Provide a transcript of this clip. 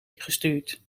gestuurd